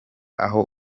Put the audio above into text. aho